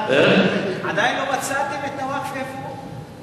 שאלה פשוטה, עדיין לא מצאתם את הווקף, איפה הוא?